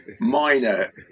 minor